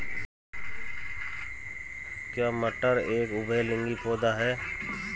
क्या मटर एक उभयलिंगी पौधा है?